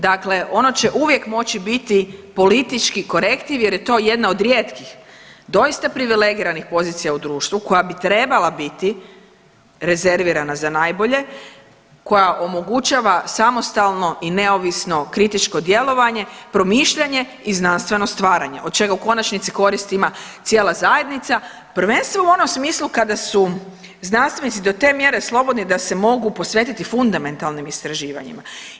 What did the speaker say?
Dakle, ono će uvijek moći biti politički korektiv jer je to jedna od rijetkih doista privilegiranih pozicija u društvu koja bi trebala biti rezervirana za najbolje, koja omogućava samostalno i neovisno kritičko djelovanje, promišljanje i znanstveno stvaranje od čega u konačnici korist ima cijela zajednica, prvenstveno u onom smislu kada su znanstvenici do te mjere slobodni da se mogu posvetiti fundamentalnim istraživanjima.